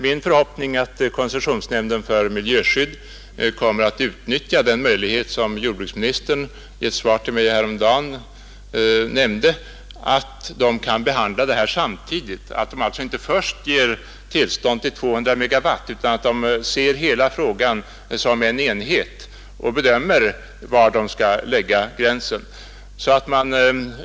Min förhoppning är att koncessionsnämnden för miljöskydd kommer att utnyttja den möjlighet som jordbruksministern i ett svar till mig för en tid sedan nämnde att behandla föreliggande ansökningar samtidigt, så att nämnden alltså inte först ger tillstånd till 200 MW utan ser hela frågan som en helhet och bedömer var man skall lägga gränsen för utbyggnad.